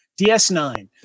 ds9